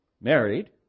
Married